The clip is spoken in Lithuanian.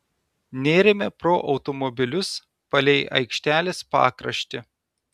nėrėme pro automobilius palei aikštelės pakraštį